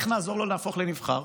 איך נעזור לו להפוך לנבחר?